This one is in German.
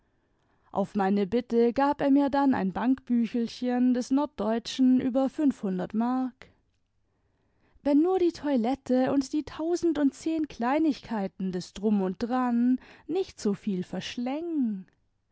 auf meine bitte gab er mir dann ein bankbüchelchen des norddeutschen über fünfhundert mark wenn nur die toilette und die tausend und zehn kleinigkeiten des drum und dran nicht so viel verschlängen